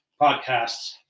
podcasts